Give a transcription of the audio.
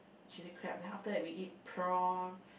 chili crab then after that we eat prawn